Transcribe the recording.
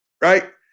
right